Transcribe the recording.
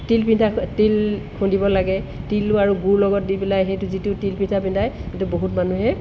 তিলপিঠা তিল খুন্দিব লাগে তিলো আৰু গুৰ লগত দি পেলাই সেইটো যিটো তিলপিঠা বনাই সেইটো বহুত মানুহে